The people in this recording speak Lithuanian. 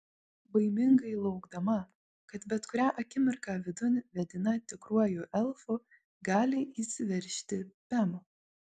baimingai laukdama kad bet kurią akimirką vidun vedina tikruoju elfu gali įsiveržti pem